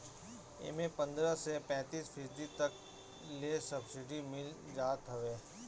एमे पन्द्रह से पैंतीस फीसदी तक ले सब्सिडी मिल जात हवे